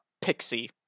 pixie